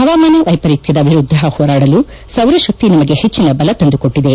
ಹವಾಮಾನ ವೈಪರಿತ್ವದ ವಿರುದ್ದ ಹೋರಾಡಲು ಸೌರಶಕ್ತಿ ನಮಗೆ ಹೆಚ್ಚಿನ ಬಲ ತಂದುಕೊಟ್ಟಿದೆ